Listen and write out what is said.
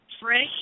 fresh